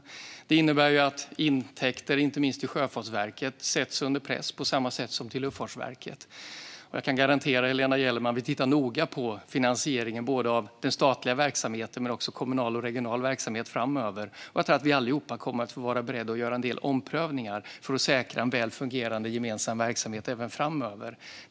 Detta innebär att intäkter, inte minst till Sjöfartsverket, sätts under press, på samma sätt som sker i Luftfartsverket. Jag kan garantera Helena Gellerman att vi tittar noga på finansieringen av både den statliga och den kommunala och regionala verksamheten framöver. Jag tror att vi allihop kommer att få vara beredda att göra en del omprövningar för att säkra en väl fungerande gemensam verksamhet även framöver.